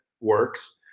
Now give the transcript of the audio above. works